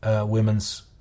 Women's